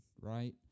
Right